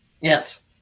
Yes